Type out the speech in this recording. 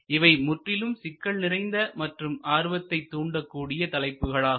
இவை முற்றிலும் சிக்கல் நிறைந்த மற்றும் ஆர்வத்தை தூண்டக்கூடிய தலைப்புகள் ஆகும்